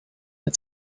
had